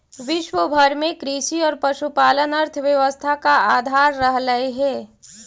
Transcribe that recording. विश्व भर में कृषि और पशुपालन अर्थव्यवस्था का आधार रहलई हे